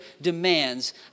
demands